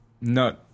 No